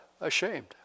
ashamed